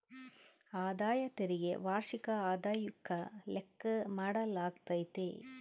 ಆದಾಯ ತೆರಿಗೆ ವಾರ್ಷಿಕ ಆದಾಯುಕ್ಕ ಲೆಕ್ಕ ಮಾಡಾಲಾಗ್ತತೆ